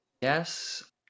Yes